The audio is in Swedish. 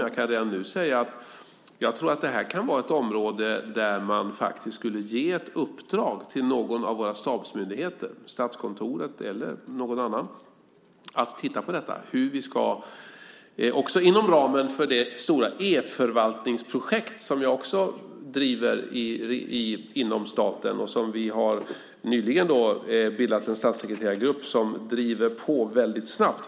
Jag kan dock säga redan nu att jag tror att detta kan vara ett område där man faktiskt skulle kunna ge i uppdrag till någon av våra stabsmyndigheter - Statskontoret eller någon annan - att titta på detta, också inom ramen för det stora e-förvaltningsprojekt som jag också driver inom staten. Vi har nyligen bildat en statssekreterargrupp som driver på detta väldigt snabbt.